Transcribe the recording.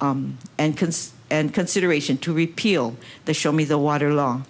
and consider and consideration to repeal the show me the water law